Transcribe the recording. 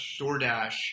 DoorDash